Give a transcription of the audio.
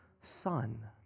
son